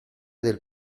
del